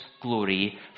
glory